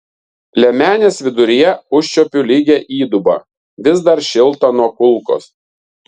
liemenės viduryje užčiuopiu lygią įdubą vis dar šiltą nuo kulkos